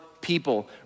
people